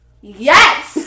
Yes